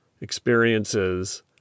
experiences